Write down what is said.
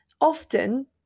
Often